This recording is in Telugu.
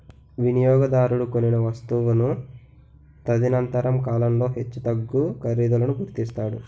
వినియోగదారుడు కొనిన వస్తువును తదనంతర కాలంలో హెచ్చుతగ్గు ఖరీదులను గుర్తిస్తాడు